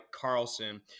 Carlson